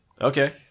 Okay